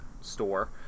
store